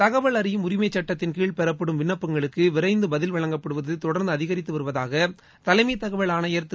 தகவல் அறியும் உரிமைச் சட்டத்திள் கீழ் பெறப்படும் விண்ணப்பங்களுக்கு விரைந்து பதில் வழங்கப்படுவது தொடர்ந்து அதிகரித்து வருவதாக்த தலைமைத் தகவல் ஆணையர் திரு